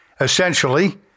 Essentially